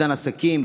אובדן עסקים,